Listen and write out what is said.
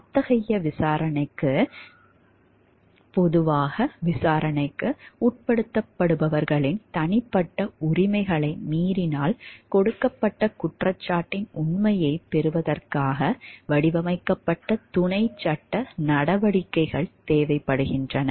அத்தகைய விசாரணைக்கு பொதுவாக விசாரணைக்கு உட்படுத்தப்படுபவர்களின் தனிப்பட்ட உரிமைகளை மீறாமல் கொடுக்கப்பட்ட குற்றச்சாட்டின் உண்மையைப் பெறுவதற்காக வடிவமைக்கப்பட்ட துணைச் சட்ட நடவடிக்கைகள் தேவைப்படுகின்றன